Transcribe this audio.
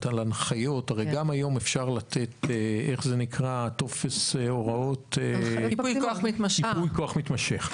גם היום אפשר לתת ייפוי כוח מתמשך.